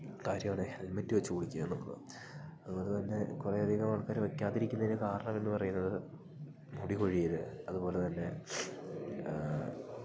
കാര്യമാണ് ഹെൽമെറ്റ് വെച്ച് ഓടിക്കുക എന്നുള്ളത് അതുപോലെ തന്നെ കുറെ അധികം ആൾക്കാർ വെക്കാതെ ഇരിക്കുന്നത് എന് കാരണം എന്ന് പറയുന്നത് മുടി കൊഴിയൽ അതുപോലെ തന്നെ